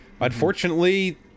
unfortunately